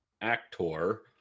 actor